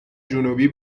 جنوبی